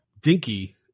Dinky